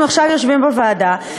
אנחנו עכשיו יושבים בוועדה,